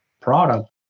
product